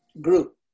group